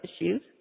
issues